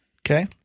Okay